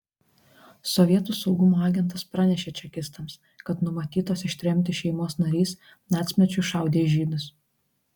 sovietų saugumo agentas pranešė čekistams kad numatytos ištremti šeimos narys nacmečiu šaudė žydus